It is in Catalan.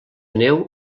neu